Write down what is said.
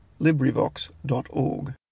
LibriVox.org